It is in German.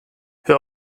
hör